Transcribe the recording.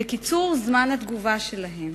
בקיצור זמן התגובה שלהן.